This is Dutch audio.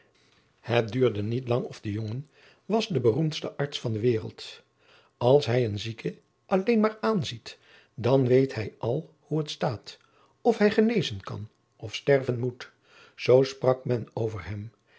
het duurde niet lang of de jongen was de beroemdste arts van de wereld als hij een zieke alléén maar aanziet dan weet hij al hoe het staat of hij genezen kan of sterven moet zoo sprak men over hem